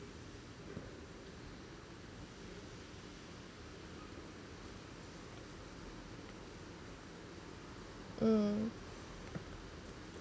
mm